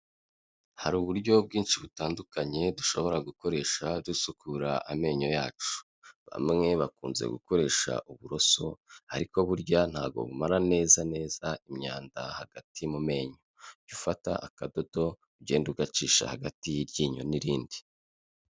Hari uburyo bwinshi butandukanye dushobora gukoresha dusukura amenyo yacu, bamwe bakunze gukoresha uburoso, ariko burya ntabwo bumara neza neza imyanda hagati mu menyo, jya ufata akadodo ugenda ugacisha hagati y'iryinyo n'irindi.